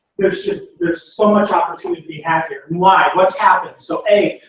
there's just. there's so much opportunity to be had here. why, what's happened? so a,